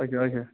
اَچھا اَچھا